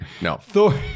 No